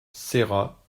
serra